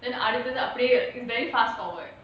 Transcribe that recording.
then அடுத்தது அப்டியே:aduthathu apdiyae its very fast forward